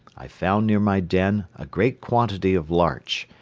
i found near my den a great quantity of larch,